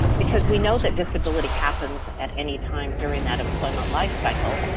because we know that disability happens at any time during that employment lifecycle.